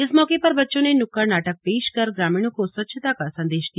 इस मौके पर बच्चों ने नुक्कड़ नाटक पेश कर ग्रामीणों को स्वच्छता का संदेश दिया